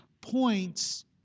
points